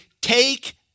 Take